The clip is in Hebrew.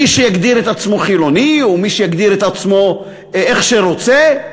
מי שיגדיר את עצמו חילוני ומי שיגדיר את עצמו איך שהוא רוצה,